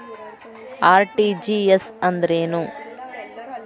RTGS ಅಂದ್ರೇನು?